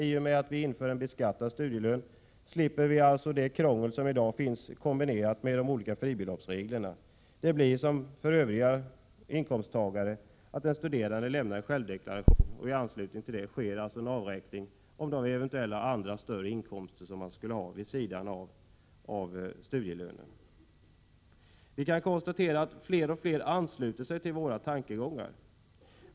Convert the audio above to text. I och med att en beskattad studielön införs slipper vi det krångel som i dag är kombinerat med de olika fribeloppsreglerna. Det blir som för övriga inkomsttagare, att den studerande lämnar en självdeklaration och i anslutning till den sker en avräkning mot andra större inkomster som man eventuellt har haft vid sidan av studielönen. Vi kan konstatera att fler och fler anslutit sig till våra tankegångar.